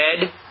Dead